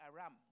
Aram